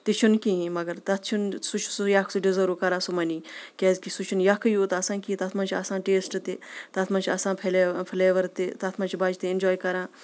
تہِ چھُنہٕ کِہیٖنۍ مگر تَتھ چھُنہٕ سُہ چھِ سُہ یَکھ سُہ ڈِزٲرٕو کَران سُہ مٔنی کیازِکہِ سُہ چھِنہٕ یَکھٕے یوت آسان کینٛہہ تَتھ منٛز چھِ آسان ٹیسٹہٕ تہِ تَتھ منٛز چھِ آسان فٕلے فٕلیوَر تہِ تَتھ منٛز چھِ بَچہِ تہِ اِنجوے کَران